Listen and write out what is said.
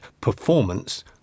performance